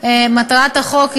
לוועדת החוקה,